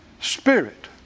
Spirit